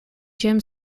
jim